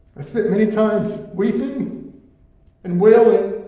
i spent many times weeping and wailing,